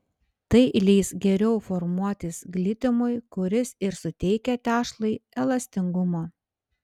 tai leis geriau formuotis glitimui kuris ir suteikia tešlai elastingumo